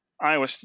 Iowa